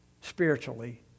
spiritually